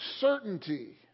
certainty